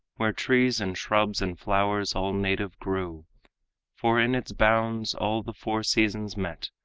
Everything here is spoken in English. where trees and shrubs and flowers all native grew for in its bounds all the four seasons met,